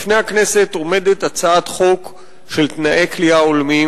בפני הכנסת עומדת הצעת חוק שלנו בעניין תנאי כליאה הולמים.